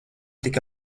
tik